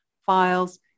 files